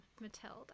matilda